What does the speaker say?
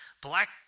Black